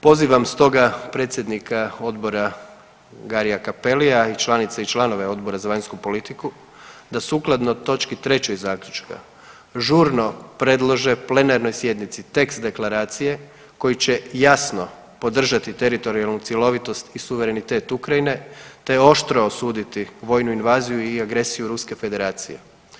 Pozivam stoga predsjednika odbora Garia Cappellia i članice i članove Odbora za vanjsku politiku da sukladno točki 3. zaključka žurno predlože plenarnoj sjednici tekst deklaracije koji će jasno podržati teritorijalnu cjelovitost i suverenitet Ukrajine te oštro osuditi vojnu invaziju i agresiju Ruske Federacije.